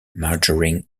majoring